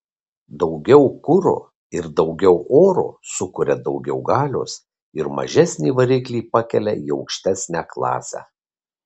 daugiau kuro ir daugiau oro sukuria daugiau galios ir mažesnį variklį pakelia į aukštesnę klasę